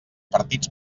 partits